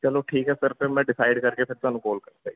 ਚਲੋ ਠੀਕ ਹੈ ਸਰ ਫਿਰ ਮੈਂ ਡਿਸਾਈਡ ਕਰਕੇ ਫਿਰ ਤੁਹਾਨੂੰ ਕਾਲ ਕਰਦਾ ਜੀ